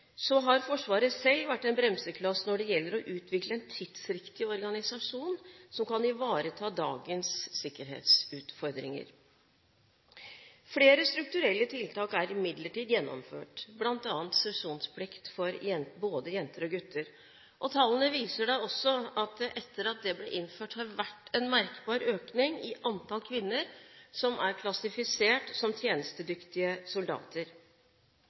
har Forsvaret selv vært en bremsekloss når det gjelder å utvikle en tidsriktig organisasjon som kan ivareta dagens sikkerhetsutfordringer. Flere strukturelle tiltak er imidlertid gjennomført, bl.a. sesjonsplikt for både jenter og gutter. Tallene viser at etter at det ble innført, har det vært en merkbar økning i antall kvinner som er klassifisert som tjenestedyktige soldater.